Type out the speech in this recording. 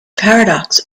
paradox